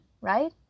right